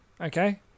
Okay